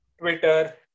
Twitter